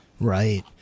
Right